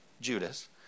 Judas